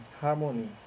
harmony